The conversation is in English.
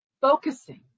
focusing